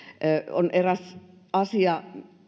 on eräs asia